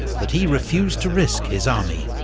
that he refused to risk his army.